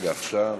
סעיף 2,